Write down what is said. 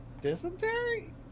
Dysentery